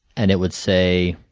and it would say,